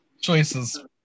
choices